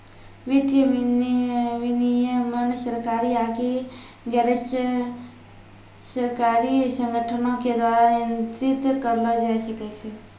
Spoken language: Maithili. वित्तीय विनियमन सरकारी आकि गैरसरकारी संगठनो के द्वारा नियंत्रित करलो जाय सकै छै